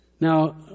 Now